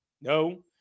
No